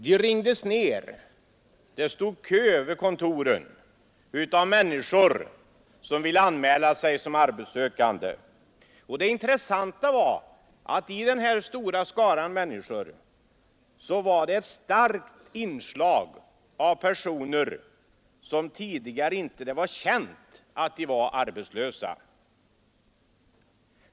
De ringdes ner, och det stod kö vid kontoren, av människor som ville anmäla sig såsom arbetssökande. Det intressanta var att det i denna stora skara människor var ett starkt inslag av personer om vilka det tidigare inte varit känt att de varit arbetslösa.